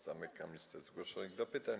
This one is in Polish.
Zamykam listę zgłoszonych do pytań.